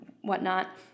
whatnot